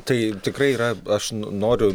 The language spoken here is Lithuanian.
tai tikrai yra aš noriu